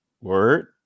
Word